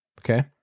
okay